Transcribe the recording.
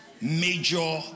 major